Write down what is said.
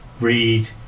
read